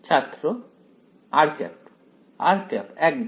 ছাত্র একদম